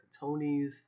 Tonys